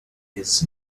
his